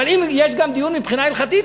אבל אם יש גם דיון מבחינה הלכתית,